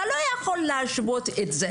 אתה לא יכול להשוות את זה.